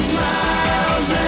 miles